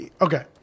Okay